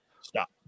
Stop